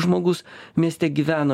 žmogus mieste gyvena